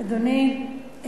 אדוני,